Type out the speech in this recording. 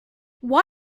why